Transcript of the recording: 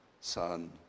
Son